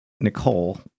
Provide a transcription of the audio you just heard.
Nicole